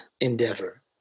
endeavor